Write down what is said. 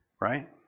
right